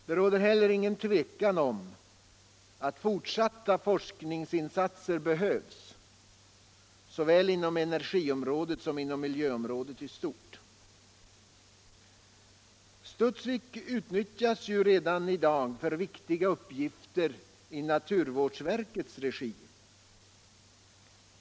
Det råder heller inget tvivel om att fortsatta forskningsinsatser behövs såväl inom energiområdet som inom miljöområdet i stort. Studsvik utnyttjas ju redan i dag för viktiga uppgifter i naturvårdsverkets regi.